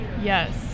Yes